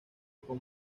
con